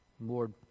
Lord